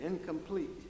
incomplete